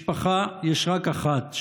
משפחה יש רק אחת,